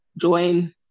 join